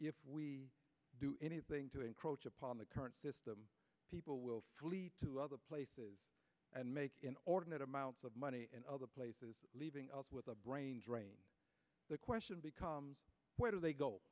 if we do anything to encroach upon the current system people will flee to other places and make ordinary amounts of money in other places leaving us with a brain drain the question becomes where do they go